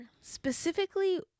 specifically